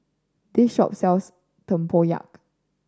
this shop sells tempoyak